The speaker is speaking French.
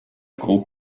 gros